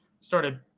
started